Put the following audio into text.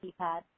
keypad